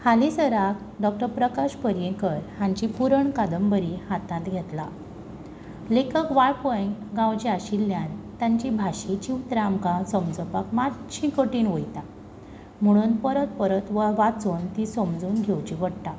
हालिसराक doctor Prakash Paryekar हांची पुरण कांदबरी हांतात घेतल्या लेखक वाळपय गांवचे आशिल्यान तांची भाशेची उतरां आमकां समजुपाक मातशीं कठिण वयता म्हूण परत परत वाचून ती समजून घेवची पडटा